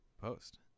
Post